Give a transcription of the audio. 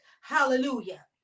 Hallelujah